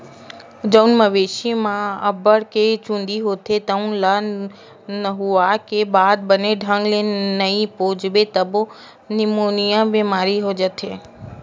जउन मवेशी म अब्बड़ के चूंदी होथे तउन ल नहुवाए के बाद बने ढंग ले नइ पोछबे तभो निमोनिया बेमारी हो जाथे